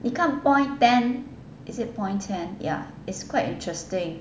你看 point ten is it point ten ya it's quite interesting